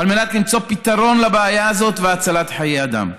על מנת למצוא פתרון לבעיה הזאת והצלת חיי אדם.